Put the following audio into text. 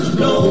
no